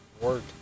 work